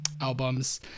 albums